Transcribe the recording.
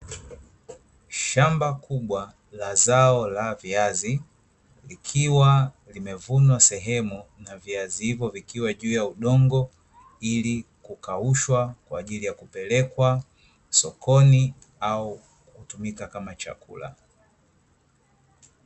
Shamba kubwa la zao la Viazi, likiwa limevunwa sehemu na viazi hivyo vikiwa juu ya udongo ili kukaushwa, kwa ajili ya kupelekwa sokoni au kutumika kama chakula.